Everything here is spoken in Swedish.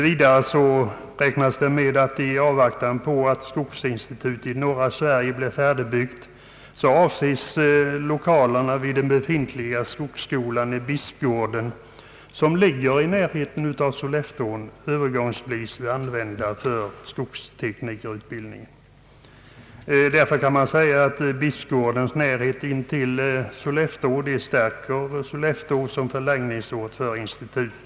Vidare räknas det med att i avvaktan på att skogsinstitutet i norra Sverige blir färdigbyggt lokalerna vid den befintliga skogsskolan i Bispgården — som ligger i närheten av Sollefteå — övergångsvis kan användas för skogsteknikerutbildning. <Bispgårdens närhet till Sollefteå stärker alltså Sollefteås ställning som förläggningsort för institutet.